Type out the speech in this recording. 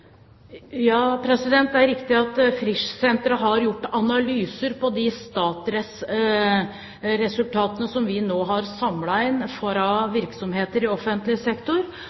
det er riktig at Frischsenteret har gjort analyser av de StatRes-resultatene som vi nå har samlet inn fra virksomheter i offentlig sektor,